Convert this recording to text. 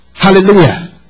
Hallelujah